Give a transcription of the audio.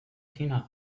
tina